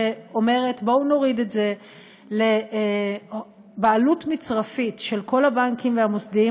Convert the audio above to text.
שאומרת: בואו נוריד את זה לבעלות מצרפית של כל הבנקים והמוסדיים,